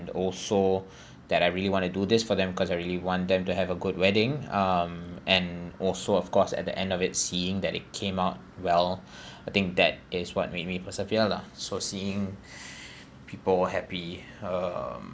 also that I really want to do this for them cause I really want them to have a good wedding um and also of course at the end of it seeing that it came out well I think that is what made me persevere lah so seeing people happy um